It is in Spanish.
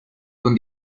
con